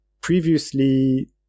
previously